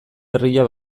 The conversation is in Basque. berria